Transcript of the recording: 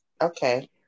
okay